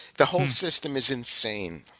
the whole system is insane.